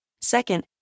Second